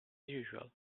usual